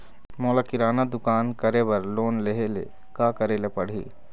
मोला किराना दुकान करे बर लोन लेहेले का करेले पड़ही?